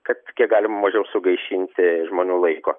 kad kiek galima mažiau sugaišinti žmonių laiko